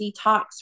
detox